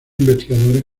investigadores